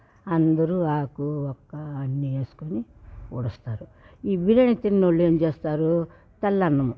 అందరూ ఆకు ఒక్కా అన్నీ వేసుకొని పూడస్తారు ఈ బిర్యాని తిననోళ్ళు ఏం చేస్తారు తెల్లన్నము